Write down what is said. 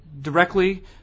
Directly